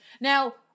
Now